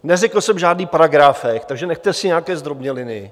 Neřekl jsem žádný paragráfek, takže nechte si nějaké zdrobněliny.